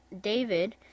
David